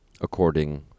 according